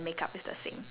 okay